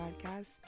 podcast